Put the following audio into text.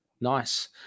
nice